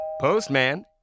Postman